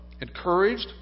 encouraged